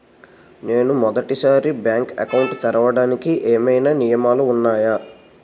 నేను మొదటి సారి బ్యాంక్ అకౌంట్ తెరవడానికి ఏమైనా నియమాలు వున్నాయా?